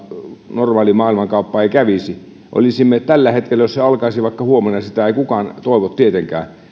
normaali maailmankauppa ei kävisi tällä hetkellä jos se alkaisi vaikka huomenna sitä ei kukaan toivo tietenkään